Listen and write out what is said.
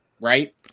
right